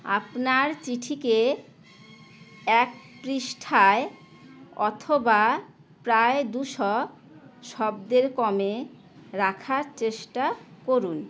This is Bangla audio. আপনার চিঠিকে এক পৃষ্ঠায় অথবা প্রায় দুশো শব্দের কমে রাখার চেষ্টা করুন